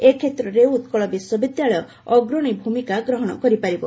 ଏ କ୍ଷେତ୍ରରେ ଉତ୍କଳ ବିଶ୍ୱବିଦ୍ୟାଳୟ ଅଗ୍ରଣୀ ଭୂମିକା ଗ୍ରହଣ କରିପାରିବ